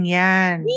yan